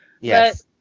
Yes